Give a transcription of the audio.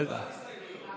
אין הסתייגויות.